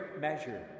measure